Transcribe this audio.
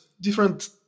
different